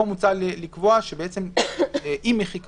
פה מוצע לקבוע שעם מחיקתו,